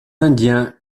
indien